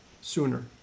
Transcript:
sooner